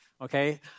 okay